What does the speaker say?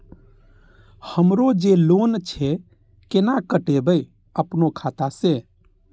हमरो जे लोन छे केना कटेबे अपनो खाता से?